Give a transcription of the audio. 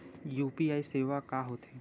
UPI सेवा का होथे?